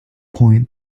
point